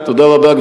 תודה רבה.